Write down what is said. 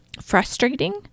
frustrating